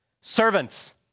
servants